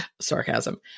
sarcasm